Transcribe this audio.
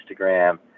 Instagram